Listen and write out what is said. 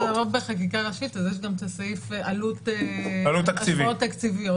בחקיקה ראשית יש גם את הסעיף עלות והשפעות תקציביות.